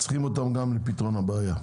צריכים אותם גם לפתרון הבעיה.